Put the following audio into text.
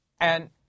and-